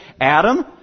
Adam